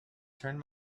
turn